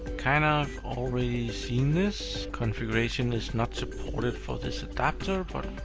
kind of already seen this. configuration is not supported for this adapter, but